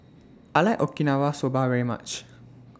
I like Okinawa Soba very much